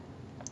oh